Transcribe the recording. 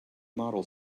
model